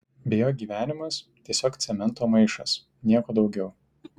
be jo gyvenimas tiesiog cemento maišas nieko daugiau